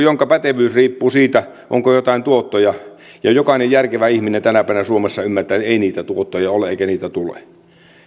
jonka pätevyys riippuu siitä onko joitain tuottoja jokainen järkevä ihminen tänä päivänä suomessa ymmärtää että ei niitä tuottoja ole eikä niitä tule